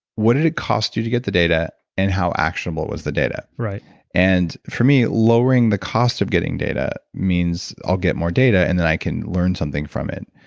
what did it cost you to get the data and how actionable was the data? and for me, lowering the cost of getting data means i'll get more data and then i can learn something from it.